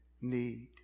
need